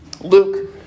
Luke